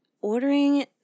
ordering